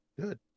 good